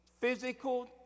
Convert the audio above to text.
physical